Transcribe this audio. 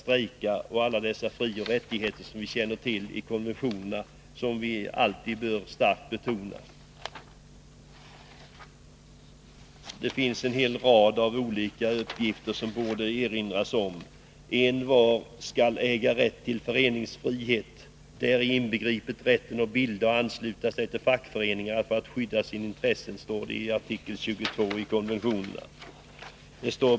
Dessutom nämns alla övriga frioch rättigheter som vi känner till i konventionerna, och som vi alltid starkt bör betona. Det finns en hel rad uppgifter som det borde erinras om, t.ex.: Envar skall äga rätt till föreningsfrihet, däri inbegripet rätten att bilda och ansluta sig till fackföreningar för att skydda sina intressen.” Detta står i artikel 22.